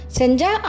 senja